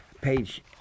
page